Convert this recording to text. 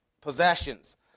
possessions